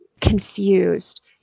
confused